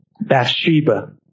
Bathsheba